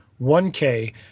1K –